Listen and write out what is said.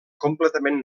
completament